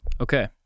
Okay